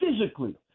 physically